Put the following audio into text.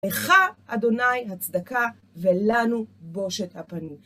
לך, אדוני הצדקה, ולנו, בושת הפנים.